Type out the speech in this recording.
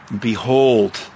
Behold